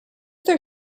their